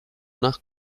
nach